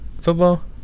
Football